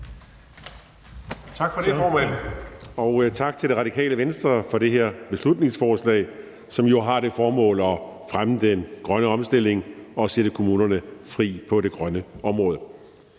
Tak for det, formand. Og tak til Radikale Venstre for det her beslutningsforslag, som jo har det formål at fremme den grønne omstilling og sætte kommunerne fri på det grønne område.